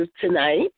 tonight